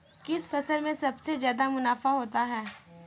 किस फसल में सबसे जादा मुनाफा होता है?